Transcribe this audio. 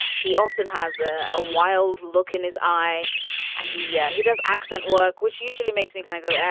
he often has a ah wild look in his eye and he yeah he does accent work which usually makes me kind of go.